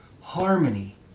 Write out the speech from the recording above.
harmony